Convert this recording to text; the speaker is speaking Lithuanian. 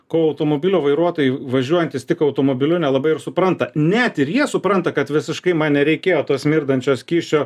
kol automobilio vairuotojai važiuojantys tik automobiliu nelabai ir supranta net ir jie supranta kad visiškai man nereikėjo to smirdančio skysčio